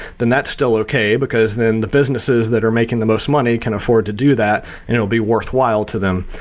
then that's still okay because then the businesses that are making the most money can afford to do that and it'll be worthwhile to them.